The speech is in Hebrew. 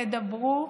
תדברו,